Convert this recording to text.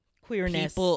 queerness